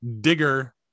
Digger